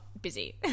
busy